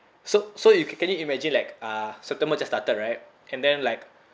so so you can can you imagine like uh september just started right and then like